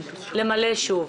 למלא שוב.